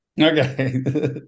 Okay